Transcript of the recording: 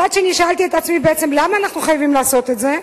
מצד שני שאלתי את עצמי בעצם למה אנחנו חייבים לעשות את זה,